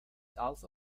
also